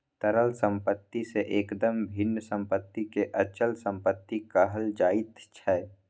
तरल सम्पत्ति सँ एकदम भिन्न सम्पत्तिकेँ अचल सम्पत्ति कहल जाइत छै